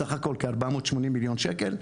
סך הכל כ-480 מיליון שקלים.